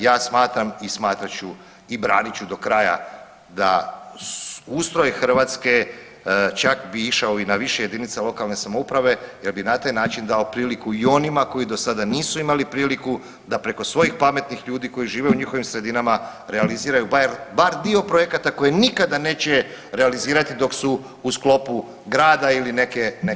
Ja smatram i smatrat ću i branit ću do kraja da ustroj Hrvatske čak bi išao i na više jedinice lokalne samouprave jer bi na taj način dao priliku i onima koji do sada nisu imali priliku da preko svojih pametnih ljudi koji žive u njihovim sredinama realiziraju bar dio projekata koji nikada neće realizirati dok su u sklopu grada ili neke veće cjeline.